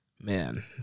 Man